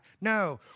No